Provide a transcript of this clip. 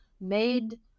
made